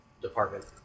Department